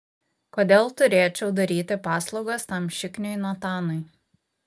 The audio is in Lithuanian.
kodėl turėčiau daryti paslaugas tam šikniui natanui